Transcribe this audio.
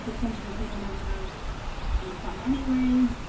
the defense will people never have any fun anyway